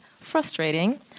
frustrating